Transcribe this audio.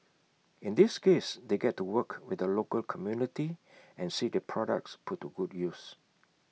in this case they get to work with the local community and see their products put good use